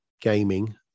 gaming